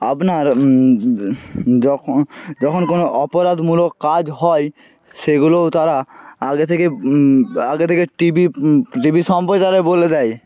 আপনার যখন যখন কোনো অপরাধমূলক কাজ হয় সেগুলোও তারা আগে থেকে আগে থেকে টি ভি টি ভি সম্প্রচারে বলে দেয়